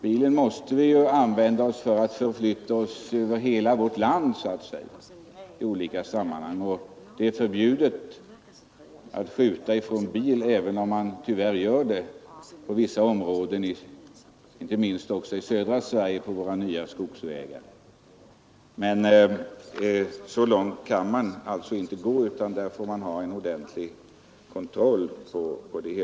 Bilen måste vi använda över hela vårt land för att förflytta oss i olika sammanhang, och det är förbjudet att skjuta från bil — även om man tyvärr gör det på vissa områden, inte minst på de nya skogsvägarna i södra Sverige.